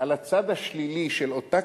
על הצד השלילי של אותה